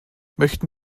möchten